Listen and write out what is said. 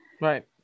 right